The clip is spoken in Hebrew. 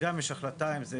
וגם יש החלטה אם זה